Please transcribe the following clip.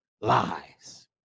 lies